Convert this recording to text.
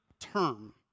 term